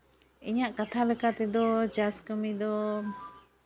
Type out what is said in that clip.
ᱤᱧᱟᱹᱜ ᱠᱟᱛᱷᱟ ᱞᱮᱠᱟ ᱛᱮᱫᱚ ᱪᱟᱥ ᱠᱟᱹᱢᱤ ᱫᱚ